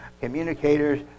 communicators